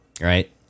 Right